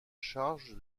charge